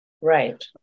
Right